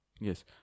Yes